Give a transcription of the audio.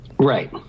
Right